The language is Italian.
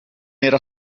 era